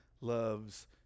loves